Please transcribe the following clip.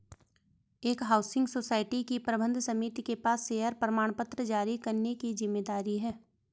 एक housing society की प्रबंध समिति के पास शेयर प्रमाणपत्र जारी करने की जिम्मेदारी है